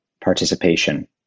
participation